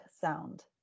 sound